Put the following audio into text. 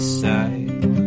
side